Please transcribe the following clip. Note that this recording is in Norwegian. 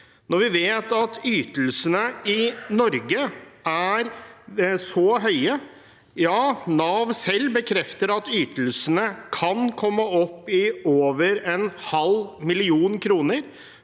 Når vi vet at ytelsene i Norge er så høye – ja, Nav selv bekrefter at ytelsene kan komme opp i over en halv million kroner,